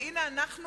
והנה אנחנו,